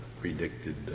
predicted